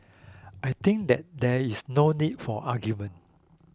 I think that there is no need for argument